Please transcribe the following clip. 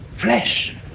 Flesh